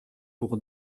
pour